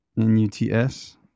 N-U-T-S